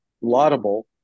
laudable